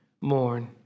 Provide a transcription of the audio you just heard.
mourn